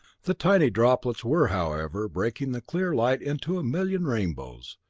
the tiny droplets were, however, breaking the clear light into a million rainbows,